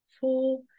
four